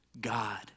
God